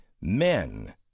Men